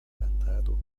kantado